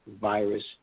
virus